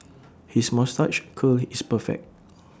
his moustache curl is perfect